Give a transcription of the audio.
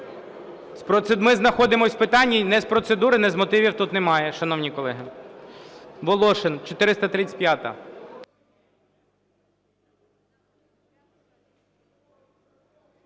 Ми знаходимось у питанні. Ні з процедури, ні з мотивів тут немає, шановні колеги. Волошин, 435-а.